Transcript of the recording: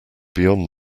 beyond